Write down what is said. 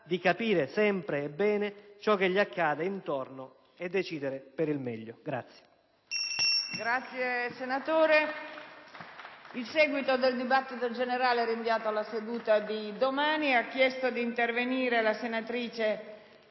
di capire, sempre e bene, ciò che gli accade intorno e di decidere per il meglio.